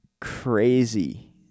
crazy